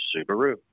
Subaru